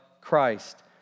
Christ